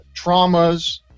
traumas